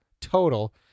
total